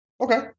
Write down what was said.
Okay